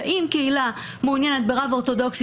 ואם קהילה מעוניינת ברב אורתודוקסי,